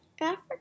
Africa